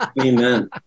Amen